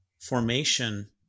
formation